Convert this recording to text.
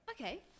Okay